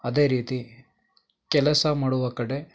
ಅದೇ ರೀತಿ ಕೆಲಸ ಮಾಡುವ ಕಡೆ